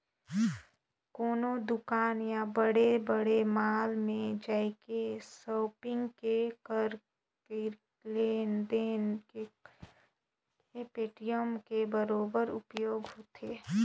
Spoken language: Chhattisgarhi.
कोनो दुकान या बड़े बड़े मॉल में जायके सापिग के करई लेन देन के करे मे पेटीएम के बरोबर उपयोग होथे